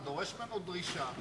אתה דורש ממנו דרישה,